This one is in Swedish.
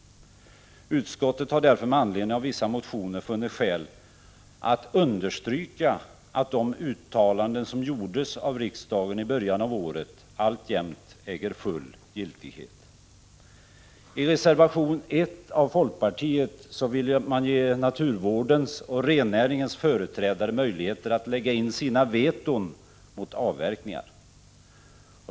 Utskottet har därför med anledning av vissa motioner funnit skäl att understryka, att de uttalanden som gjordes av riksdagen i början av året I reservation 1 av folkpartiet vill man ge naturvårdens och rennäringens företrädare möjligheter att lägga in sina veton mot avverkningar.